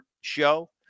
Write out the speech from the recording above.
show